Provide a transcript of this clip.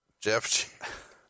Jeff